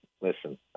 listen